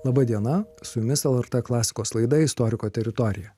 laba diena su jumis lrt klasikos laida istoriko teritorija